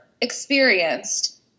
experienced